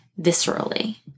viscerally